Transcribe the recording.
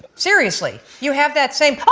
seriously. you have that same,